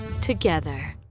together